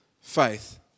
faith